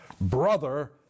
brother